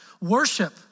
worship